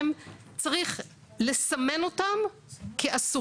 עם המשרדים גם עם פנים וגם עם התחבורה כדי להבין איפה הפער.